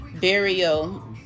burial